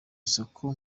isoko